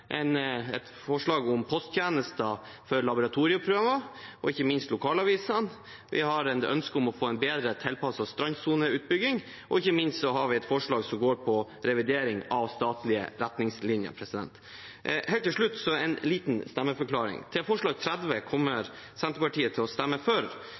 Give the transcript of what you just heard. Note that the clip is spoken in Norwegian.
et forslag om posttjenester for laboratorieprøver og ikke minst lokalavisene. Vi har et ønske om å få en bedre tilpasset strandsoneutbygging. Og ikke minst har vi et forslag som går på revidering av statlige retningslinjer. Helt til slutt en liten stemmeforklaring: Forslag nr. 30 kommer Senterpartiet til å stemme for.